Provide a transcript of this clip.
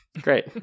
great